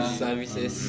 services